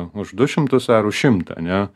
už du šimtus ar už šimtą ane